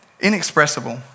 Inexpressible